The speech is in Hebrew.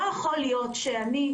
לא יכול להיות שאני,